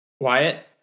Wyatt